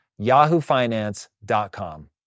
yahoofinance.com